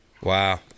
Wow